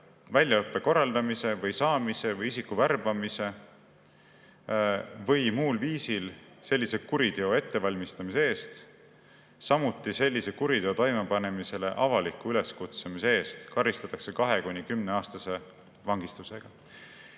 väljaõppe korraldamise või saamise või isiku värbamise või muul viisil sellise kuriteo ettevalmistamise eest, samuti sellise kuriteo toimepanemisele avaliku üleskutsumise eest karistatakse kahe- kuni kümneaastase vangistusega.